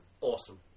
awesome